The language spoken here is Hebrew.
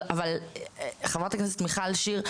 אבל חברת הכנסת מיכל שיר,